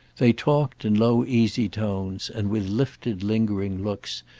they talked, in low easy tones and with lifted lingering looks,